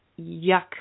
yuck